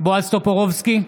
בועז טופורובסקי,